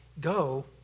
go